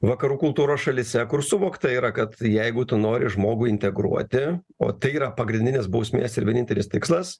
vakarų kultūros šalyse kur suvokta yra kad jeigu tu nori žmogų integruoti o tai yra pagrindinis bausmės ir vienintelis tikslas